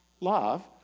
love